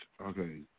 Okay